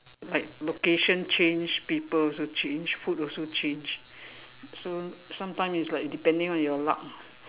like location change people also change food also change so sometime is like depending on your luck